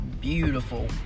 beautiful